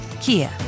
Kia